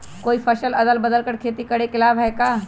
कोई फसल अदल बदल कर के खेती करे से लाभ है का?